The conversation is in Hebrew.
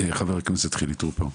חבר הכנסת חילי טרופר,